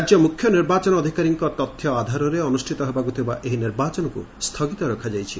ରାଜ୍ୟ ମୁଖ୍ୟ ନିର୍ବାଚନ ଅଧିକାରୀଙ୍କ ତଥ୍ୟ ଆଧାରରେ ଅନୁଷିତ ହେବାକୁ ଥିବା ଏହି ନିର୍ବାଚନକୁ ସ୍ଥଗିତ ରଖାଯାଇଛି